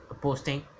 posting